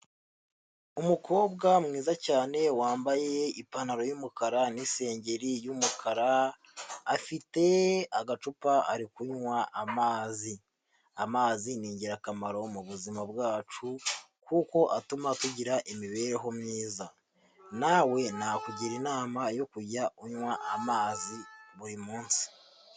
Umukobwa mwiza cyane wambaye ipantaro y'umukara n'isengeri y'umukara afite agacupa, ari kunywa amazi. Amazi ni ingirakamaro mu buzima bwacu kuko atuma tugira imibereho myiza, nawe nakugira inama yo kujya unywa amazi buri munsi.